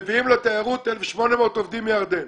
מביאים לתיירות 800 עובדים מירדן,